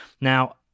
Now